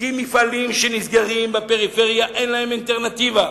כי מפעלים שנסגרים בפריפריה, אין להם אלטרנטיבה.